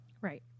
right